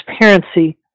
Transparency